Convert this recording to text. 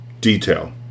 Detail